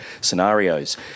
scenarios